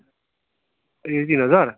ए तिन हजार